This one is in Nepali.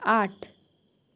आठ